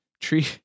Tree